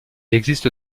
existe